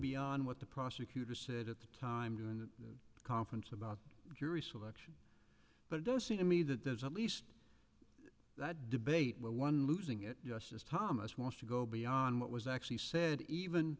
beyond what the prosecutor said at the time doing a conference about jury selection but it does seem to me that there's at least that debate where one losing it justice thomas wants to go beyond what was actually said even